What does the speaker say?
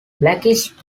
blackish